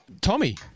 Tommy